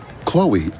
Chloe